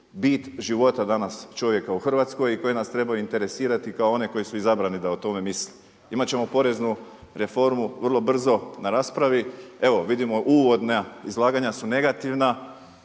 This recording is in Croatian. bit života danas čovjeka u Hrvatskoj i koje nas trebaju interesirati kao one koji su izabrani da o tome misle. Imat ćemo poreznu reformu vrlo brzo na raspravi, evo vidimo uvodna izlaganja su negativna,